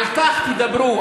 על כך תדברו.